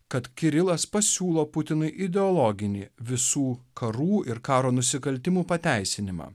kad kirilas pasiūlo putinui ideologinį visų karų ir karo nusikaltimų pateisinimą